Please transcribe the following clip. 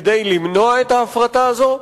כדי למנוע את ההפרטה הזו,